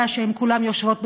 היה שהן כולן יושבות ברמת-גן,